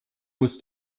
musst